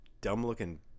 dumb-looking